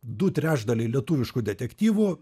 du trečdaliai lietuviškų detektyvų